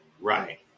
Right